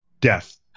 death